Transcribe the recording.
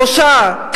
שלושה חודשים,